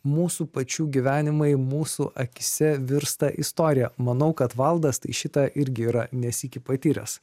mūsų pačių gyvenimai mūsų akyse virsta istorija manau kad valdas tai šitą irgi yra ne sykį patyręs